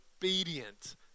obedient